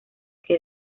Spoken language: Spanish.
que